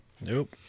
nope